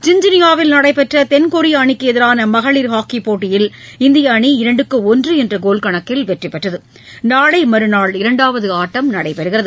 ஜின்ஜினியாவில் நடைபெற்றதென்கொரியஅணிக்குஎதிரானமகளிர் ஹாக்கிப் போட்டியில் இந்தியஅணி இரண்டுக்கு ஒன்றுஎன்றகோல் கணக்கில் வெற்றிபெற்றது நாளைமறுநாள் இரண்டாவதுஆட்டம் நடைபெறுகிறது